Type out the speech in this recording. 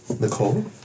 Nicole